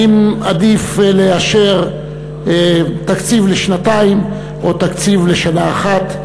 האם עדיף לאשר תקציב לשנתיים או תקציב לשנה אחת?